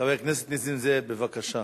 חבר הכנסת נסים זאב, בבקשה.